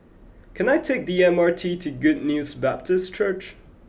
can I take the M R T to Good News Baptist Church